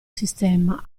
sistema